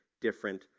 different